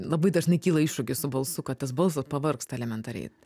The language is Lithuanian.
labai dažnai kyla iššūkis su balsu kad tas balsas pavargsta elementariai